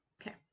Okay